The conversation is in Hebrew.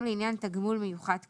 גם לעניין תגמול מיוחד כאמור.